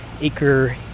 Acre